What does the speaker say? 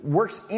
works